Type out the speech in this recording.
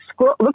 look